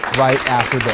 right after this.